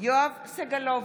יואב סגלוביץ'